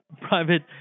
private